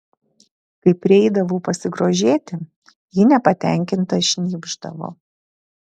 kai prieidavau pasigrožėti ji nepatenkinta šnypšdavo